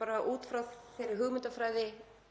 bara út frá þeirri hugmyndafræði